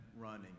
running